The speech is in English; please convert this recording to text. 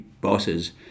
bosses